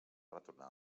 retornar